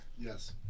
Yes